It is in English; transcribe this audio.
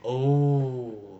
oh